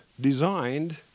designed